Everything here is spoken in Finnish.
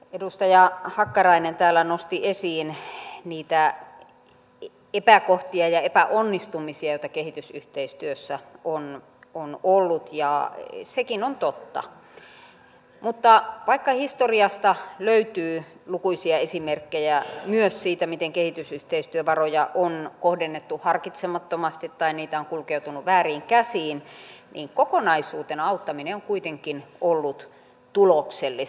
edustaja hakkarainen täällä nosti esiin niitä epäkohtia ja epäonnistumisia joita kehitysyhteistyössä on ollut ja nekin ovat totta mutta vaikka historiasta löytyy lukuisia esimerkkejä myös siitä miten kehitysyhteistyövaroja on kohdennettu harkitsemattomasti tai niitä on kulkeutunut vääriin käsiin niin kokonaisuutena auttaminen on kuitenkin ollut tuloksellista